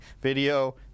video